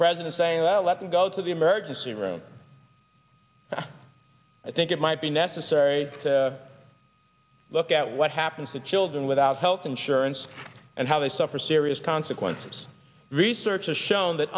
president saying that let me go to the emergency room i think it might be necessary to look at what happens to children without health insurance and how they suffer serious consequences research has shown that